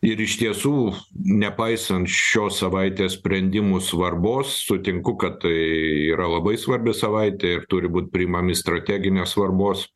ir iš tiesų nepaisant šios savaitės sprendimų svarbos sutinku kad tai yra labai svarbi savaitė ir turi būti priimami strateginės svarbos